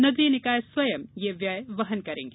नगरीय निकाय स्वयं यह व्यय वहन करेंगे